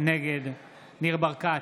נגד ניר ברקת,